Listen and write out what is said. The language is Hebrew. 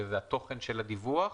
שזה התוכן של הדיווח,